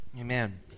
Amen